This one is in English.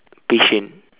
patient